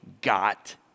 got